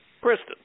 Kristen